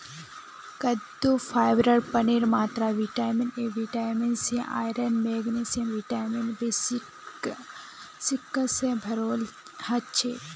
कद्दूत फाइबर पानीर मात्रा vitamin A vitamin C iron magnesium vitamin B six स भोराल हछेक